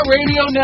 Radio